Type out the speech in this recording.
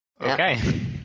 Okay